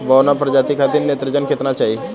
बौना प्रजाति खातिर नेत्रजन केतना चाही?